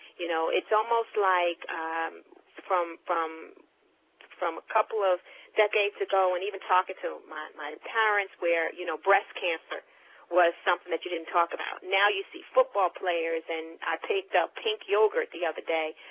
you know. it's almost like from from a couple of decades ago and even talking to my my parents where you know, breast cancer was something that you didn't talk about. now you see football players and take the pink yogurt the other day,